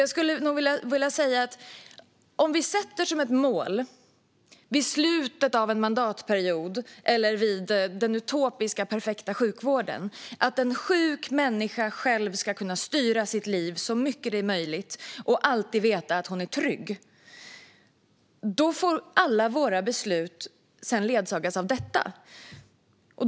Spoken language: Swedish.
Jag skulle nog vilja säga att om vi sätter som ett mål vid slutet av en mandatperiod eller i den utopiska, perfekta sjukvården att en sjuk människa själv ska kunna styra sitt liv så mycket det är möjligt och alltid veta att hon är trygg får alla våra beslut sedan ledsagas av detta mål.